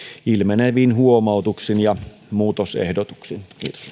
ilmenevin huomautuksin ja muutosehdotuksin